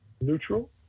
neutral